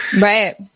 Right